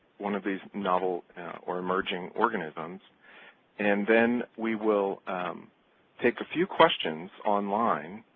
one of these novel or emerging organisms and then we will take a few questions online.